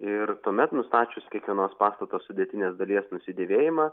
ir tuomet nustačius kiekvienos pastato sudėtinės dalies nusidėvėjimą